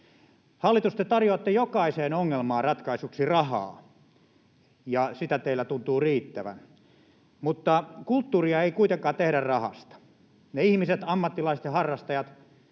Hallitus, te tarjoatte jokaiseen ongelmaan ratkaisuksi rahaa, ja sitä teillä tuntuu riittävän, mutta kulttuuria ei kuitenkaan tehdä rahasta. Ne ihmiset, ammattilaiset ja harrastajat,